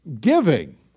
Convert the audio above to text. giving